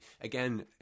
again